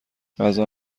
غذا